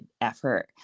effort